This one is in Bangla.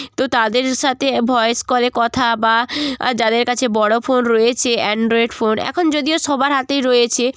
তো তাদের সাথে ভয়েস কলে কথা বা যাদের কাছে বড়ো ফোন রয়েছে অ্যানড্রয়েড ফোন এখন যদিও সবার হাতেই রয়েছে